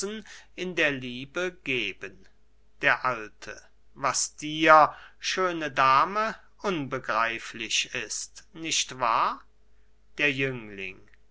in der liebe geben der alte was dir schöne dame unbegreiflich ist nicht wahr der jüngling